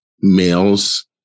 Males